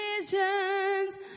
decisions